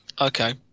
Okay